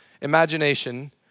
imagination